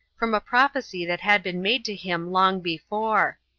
from a prophecy that had been made to him long before.